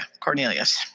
Cornelius